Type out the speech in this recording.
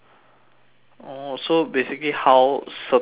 oh so basically how certain jobs